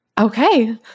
Okay